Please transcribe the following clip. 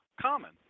common